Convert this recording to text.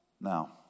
Now